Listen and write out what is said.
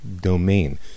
domain